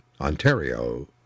Ontario